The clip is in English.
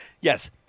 yes